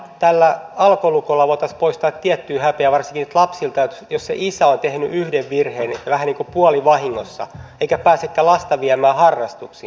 tällä alkolukolla voitaisiin poistaa tiettyä häpeää varsinkin lapsilta jos se isä on tehnyt yhden virheen vähän niin kuin puolivahingossa eikä pääsekään lasta viemään harrastuksiin